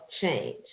change